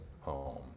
home